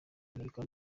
amerika